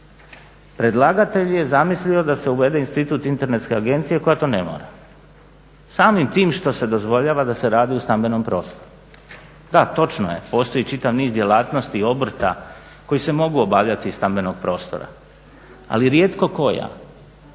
predlagatelj je zamislio da se uvede Institut internetske agencije koja to ne mora, samim time što se dozvoljava da se radi u stambenom prostoru. Da, točno je, postoji čitav niz djelatnosti, obrta koji se mogu obavljati iz stambenog prostora, ali rijetko koja